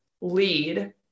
lead